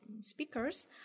speakers